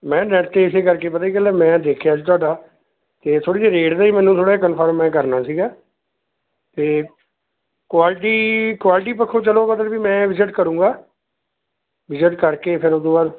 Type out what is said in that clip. ਮੈਂ ਨੈਟ 'ਤੇ ਇਸੇ ਕਰਕੇ ਪਤਾ ਕੀ ਗੱਲ ਹੈ ਮੈਂ ਦੇਖਿਆ ਸੀ ਤੁਹਾਡਾ ਤੇ ਥੋੜ੍ਹੀ ਜਿਹੀ ਰੇਟ ਦਾ ਹੀ ਮੈਨੂੰ ਥੋੜ੍ਹੀ ਕਨਫਰਮ ਮੈਂ ਕਰਨਾ ਸੀਗਾ ਅਤੇ ਕੁਆਲਿਟੀ ਕੁਆਲਿਟੀ ਪੱਖੋਂ ਚਲੋ ਮਤਲਬ ਵੀ ਮੈਂ ਵਿਜਿਟ ਕਰੂੰਗਾ ਵਿਜਿਟ ਕਰ ਕੇ ਫਿਰ ਉਸ ਤੋਂ ਬਾਅਦ